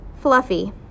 fluffy